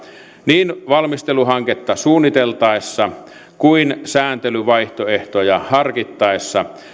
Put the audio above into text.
niin lainvalmisteluhanketta suunniteltaessa kuin sääntelyvaihtoehtoja harkittaessa